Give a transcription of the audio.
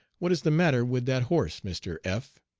what is the matter with that horse, mr. f?